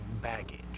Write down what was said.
baggage